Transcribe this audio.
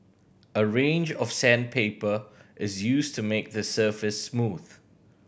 a range of sandpaper is used to make the surface smooth